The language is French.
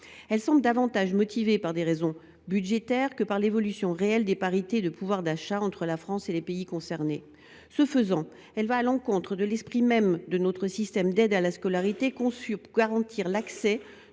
Elle semble davantage motivée par des raisons budgétaires que par l’évolution réelle des parités de pouvoir d’achat entre la France et les pays concernés. Ce faisant, elle va à l’encontre de l’esprit même de notre système d’aide à la scolarité, conçu pour garantir l’accès